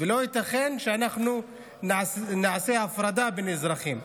ולא ייתכן שאנחנו נעשה הפרדה בין אזרחים.